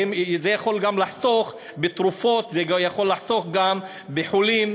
זה יכול גם לחסוך בתרופות וזה יכול לחסוך גם בחולים,